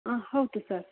ಹಾಂ okay sir